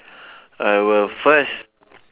I will first